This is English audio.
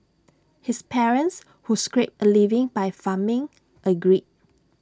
his parents who scraped A living by farming agreed